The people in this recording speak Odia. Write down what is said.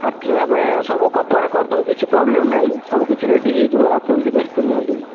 ଆର୍ଥିଂ ଆମେ ସବୁ କପର୍ରେ କରିଦେବୁ କିଛି ପ୍ରୋବ୍ଲେମ ନାହିଁ ସବୁକିଛି ରେଡି ହେଇଯିବ ଆପଣ କିଛି ବ୍ୟସ୍ତ ନିଅନ୍ତୁନି